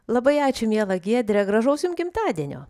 labai ačiū miela giedre gražaus jum gimtadienio